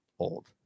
Old